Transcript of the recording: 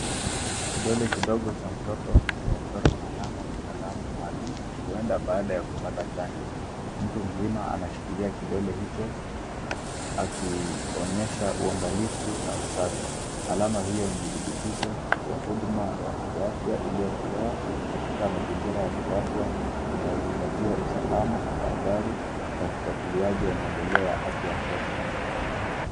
Kidole kidogo cha mtoto kimechorwa alama kwa kalamu maalum ,huenda baada ya kupata chanjo. Mtu mzima anashikilia kidole hicho akionyesha uangalifu na usafi .Alama hiyo ni thibitisho kwa huduma ya kiafya iliyotolewa katika mazingira ya kiafya inayozingatia: usalama, tahadhari na ufuatiliaji wa maendeleo ya afya ya mtoto.